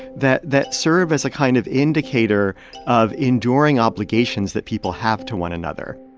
that that serve as a kind of indicator of enduring obligations that people have to one another.